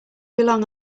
belong